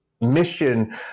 mission